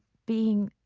being